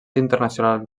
internacional